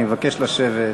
אני מבקש לשבת.